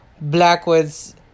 Blackwood's